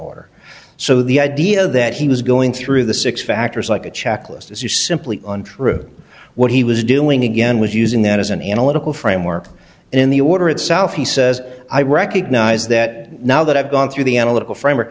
or so the idea that he was going through the six factors like a checklist as you simply untrue what he was doing again was using that as an analytical framework in the order itself he says i recognize that now that i've gone through the analytical frame